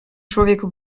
człowieku